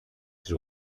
τις